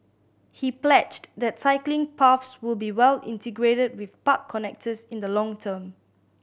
he pledged that cycling paths will be well integrated with park connectors in the long term